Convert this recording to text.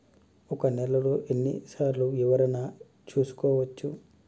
ఒక నెలలో ఎన్ని సార్లు వివరణ చూసుకోవచ్చు?